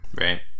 Right